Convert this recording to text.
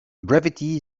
brevity